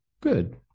good